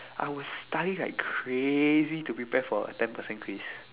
I will study like crazy to prepare for a ten percent quiz